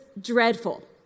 dreadful